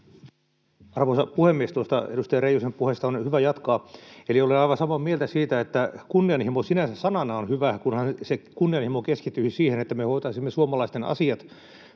Arvoisa puhemies! Tuosta edustaja Reijosen puheesta on hyvä jatkaa, eli olen aivan samaa mieltä siitä, että kunnianhimo sinänsä sanana on hyvä, kunhan se kunnianhimo keskittyisi siihen, että me hoitaisimme suomalaisten asiat